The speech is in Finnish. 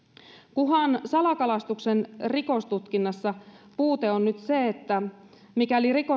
kuhan salakalastuksen rikostutkinnassa puute on nyt se että mikäli